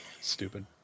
Stupid